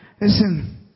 Listen